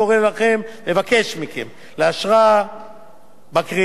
לאשרה בקריאה שנייה ובקריאה שלישית.